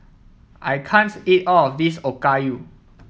I can't eat all of this Okayu